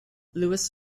lewis